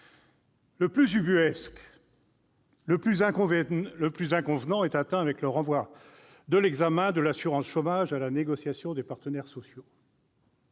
Le plus ubuesque, le plus inconvenant est atteint avec le renvoi de l'examen des modalités de l'assurance chômage à la négociation des partenaires sociaux.